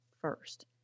first